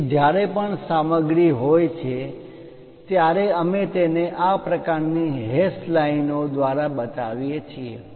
તેથી જ્યારે પણ સામગ્રી હોય છે ત્યારે અમે તેને આ પ્રકારની હેશ લાઇનો દ્વારા બતાવીએ છીએ